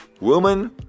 woman